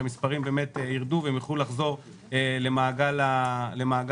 שהמספרים ירדו והם יוכלו לחזור למעגל העבודה.